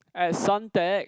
at Suntec